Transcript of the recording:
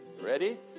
Ready